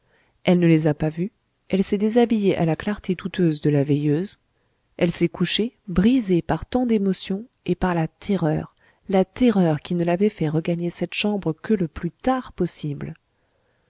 elle ne les a pas vus elle s'est déshabillée à la clarté douteuse de la veilleuse elle s'est couchée brisée par tant d'émotions et par la terreur la terreur qui ne l'avait fait regagner cette chambre que le plus tard possible